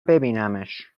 ببینمش